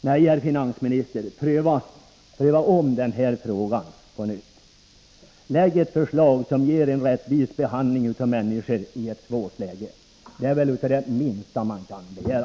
Nej, herr finansminister, pröva om den här frågan och lägg fram ett förslag som ger en rättvis behandling av människor i ett svårt läge! Det är väl det minsta man kan begära.